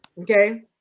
okay